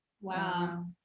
Wow